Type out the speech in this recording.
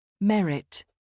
Merit